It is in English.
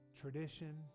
tradition